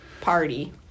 party